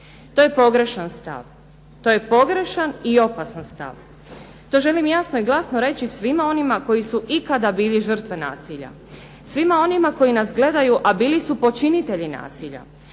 To je pogrešan stav. To je pogrešan i opasan stav. To želim jasno i glasno reći svima onima koji su ikada bili žrtve nasilja, svima onima koji nas gledaju a bili su počinitelji nasilja